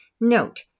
Note